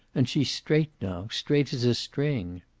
and she's straight now, straight as a string!